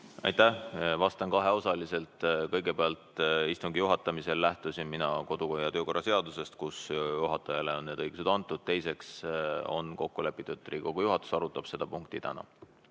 Aitäh! Vastan kaheosaliselt. Kõigepealt, istungi juhatamisel lähtusin mina kodu- ja töökorra seadusest, kus juhatajale on need õigused antud. Teiseks on kokku lepitud, et Riigikogu juhatus arutab seda punkti täna.